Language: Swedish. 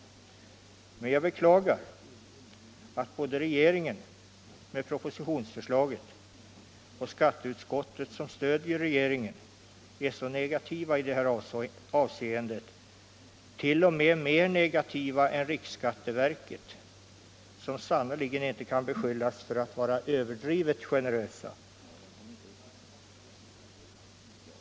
Men jag beklagar att både regeringen med propositionsförslaget och skatteutskottet, som stöder regeringen, är så negativa i det här avseendet - t.0. m. mer negativa än riksskatteverket, som sannerligen inte kan beskyllas för att vara överdrivet generöst.